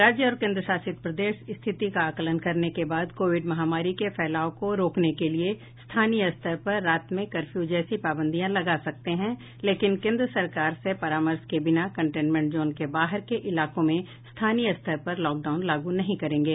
राज्य और केन्द्रशासित प्रदेश स्थिति का आकलन करने के बाद कोविड महामारी के फैलाव को रोकने के लिए स्थानीय स्तर पर रात के कर्फ्यू जैसी पाबंदियां लगा सकते हैं लेकिन केन्द्र सरकार से परामर्श के बिना कन्टेमेंट जोन के बाहर के इलाकों में स्थानीय स्तर पर लॉकडाउन लागू नहीं करेंगे